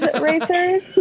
Racers